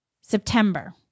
September